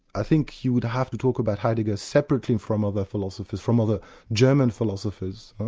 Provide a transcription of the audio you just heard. i think you would have to talk about heidegger separately from other philosophers, from other german philosophers.